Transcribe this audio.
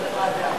אז ועדה.